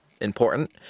important